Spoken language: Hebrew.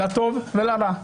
לטוב ולרע.